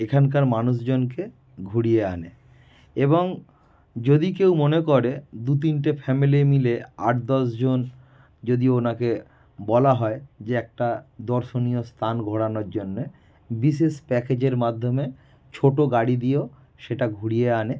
এখানকার মানুষজনকে ঘুরিয়ে আনে এবং যদি কেউ মনে করে দু তিনটে ফ্যামেলি মিলে আট দশজন যদি ওনাকে বলা হয় যে একটা দর্শনীয় স্থান ঘোরানোর জন্য বিশেষ প্যাকেজের মাধ্যমে ছোটো গাড়ি দিয়েও সেটা ঘুরিয়ে আনে